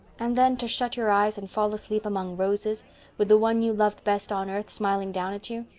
and then to shut your eyes and fall asleep among roses with the one you loved best on earth smiling down at you.